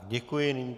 Děkuji.